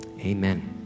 Amen